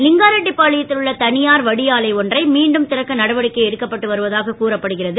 லிங்காரெட்டிபாளையத்தில் உள்ள தனியார் வடிஆலை ஒன்றை மீண்டும் தறக்க நடவடிக்கை எடுக்கப்பட்டு வருவதாக கூறப்படுகிறது